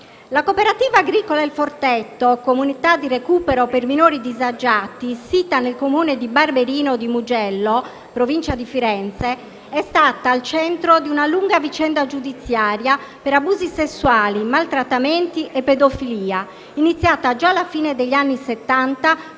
La cooperativa agricola «Il Forteto», comunità di recupero per minori disagiati sita nel Comune di Barberino di Mugello, in Provincia di Firenze, è stata al centro di una lunga vicenda giudiziaria per abusi sessuali, maltrattamenti e pedofilia, iniziata già alla fine degli anni Settanta,